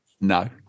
No